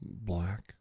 black